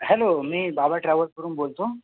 hello मी बाबा ट्रॅव्हल्सवरून बोलतो